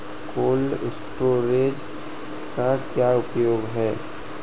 Cold storage का क्या उपयोग है?